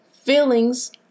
feelings